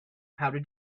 how